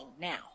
now